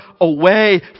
away